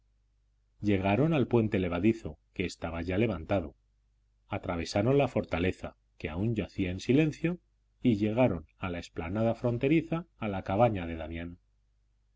llegaron al puente levadizo que estaba ya levantado atravesaron la fortaleza que aún yacía en silencio y llegaron a la explanada fronteriza a la cabaña de damián